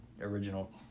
original